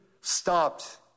stopped